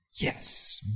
Yes